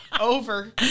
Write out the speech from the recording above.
over